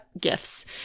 gifts